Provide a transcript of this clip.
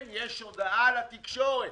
כן יש הודעה לתקשורת,